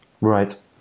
Right